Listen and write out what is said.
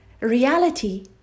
Reality